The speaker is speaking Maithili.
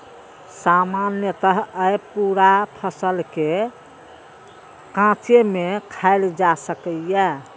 सामान्यतः अय पूरा फल कें कांचे मे खायल जा सकैए